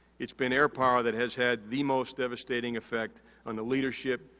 it's been air power that has had the most devastating effect on the leadership,